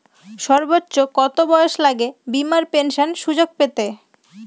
সর্বোচ্চ কত বয়স লাগে বীমার পেনশন সুযোগ পেতে?